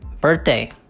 birthday